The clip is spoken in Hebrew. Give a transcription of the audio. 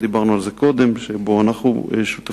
דיברנו על זה קודם, שבו אנחנו שותפים,